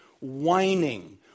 whining